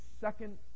second